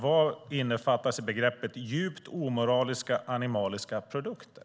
Vad innefattas i begreppet djupt omoraliska animaliska produkter?